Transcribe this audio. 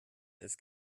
ist